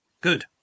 Good